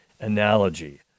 analogy